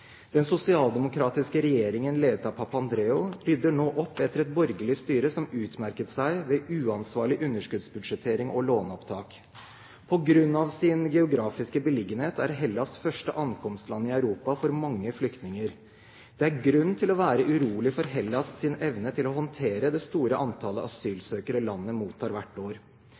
Den sosialdemokratiske regjeringen, ledet av Papandreou, rydder nå opp etter et borgerlig styre som utmerket seg ved uansvarlig underskuddsbudsjettering og låneopptak. På grunn av sin geografiske beliggenhet er Hellas første ankomstland i Europa for mange flyktninger. Det er grunn til å være urolig for Hellas’ evne til å håndtere det store antallet asylsøkere landet mottar hvert år.